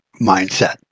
mindset